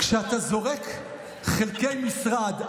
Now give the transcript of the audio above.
כשאתה זורק חלקי משרד,